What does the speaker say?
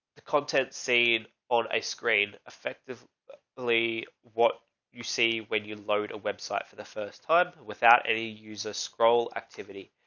the contents seed on a screen effective lee, what you see when you load a website for the first time without any user scroll activity,